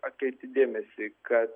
atkreipti dėmesį kad